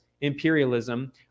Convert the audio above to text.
imperialism